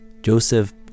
Joseph